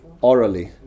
orally